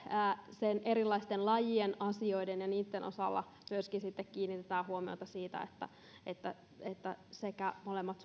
erilaisten lajien ja asioiden osalta sitten myöskin kiinnitetään huomiota siihen että sekä molemmat